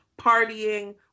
partying